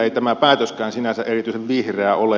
ei tämä päätöskään sinänsä erityisen vihreä ole